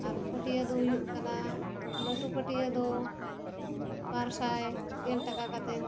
ᱟᱨ ᱯᱟᱹᱴᱭᱟᱹ ᱫᱚ ᱦᱩᱭᱩᱜ ᱠᱟᱱᱟ ᱞᱟᱹᱴᱩ ᱯᱟᱹᱴᱭᱟᱹ ᱫᱚ ᱵᱟᱨ ᱥᱟᱭ ᱜᱮᱞ ᱴᱟᱠᱟ ᱠᱟᱛᱮᱫ